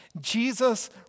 Jesus